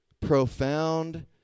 profound